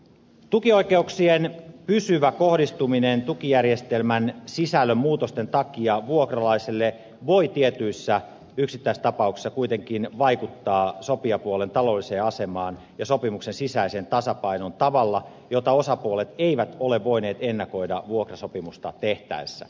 tukioikeuksien pysyvä kohdistuminen tukijärjestelmän sisällön muutosten takia vuokralaiselle voi tietyissä yksittäistapauksissa kuitenkin vaikuttaa sopijapuolten taloudelliseen asemaan ja sopimuksen sisäiseen tasapainoon tavalla jota osapuolet eivät ole voineet ennakoida vuokrasopimusta tehtäessä